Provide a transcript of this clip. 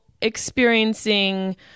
experiencing